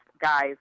guys